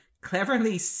cleverly